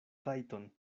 rajton